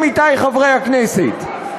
עמיתי חברי הכנסת,